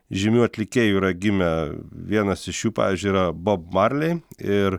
žymių atlikėjų yra gimę vienas iš jų pavyzdžiui yra bob marly ir